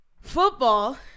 Football